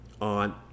on